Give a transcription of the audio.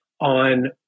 on